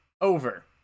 over